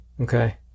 Okay